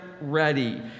ready